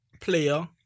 player